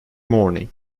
morning